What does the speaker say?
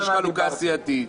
אבל יש חלוקה סיעתית,